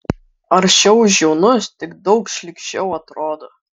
aršiau už jaunus tik daug šlykščiau atrodo